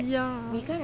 ya